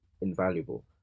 invaluable